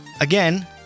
Again